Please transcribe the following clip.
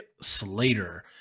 Slater